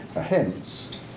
hence